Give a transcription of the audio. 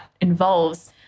involves